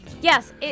yes